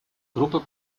группой